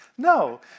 No